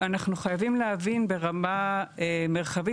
אנחנו חייבים להבין ברמה מרחבית,